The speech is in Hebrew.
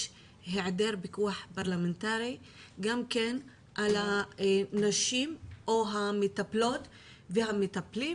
היעדר פיקוח פרלמנטרי על הנשים או המטפלות והמטפלים,